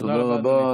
תודה רבה.